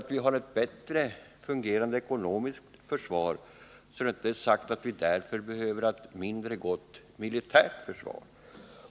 Om vi har ett bättre ekonomiskt försvar, är det ju inte säkert att vi för den skull behöver ha ett mindre bra militärt försvar.